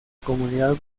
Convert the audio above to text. comunidad